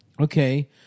Okay